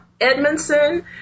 Edmondson